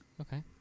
Okay